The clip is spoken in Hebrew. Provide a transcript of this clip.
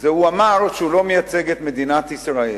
הוא אמר שהוא לא מייצג את מדינת ישראל.